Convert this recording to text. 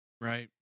Right